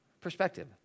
perspective